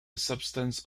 substance